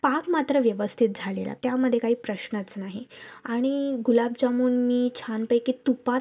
पाक मात्र व्यवस्थित झालेला त्यामध्ये काही प्रश्नच नाही आणि गुलाबजामुन मी छानपैकी तुपात